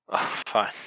Fine